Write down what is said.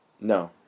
No